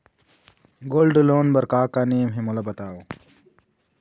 Gold loan बार का का नेम हे, मोला बताव?